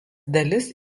dalis